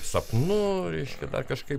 sapnų reiškia dar kažkaip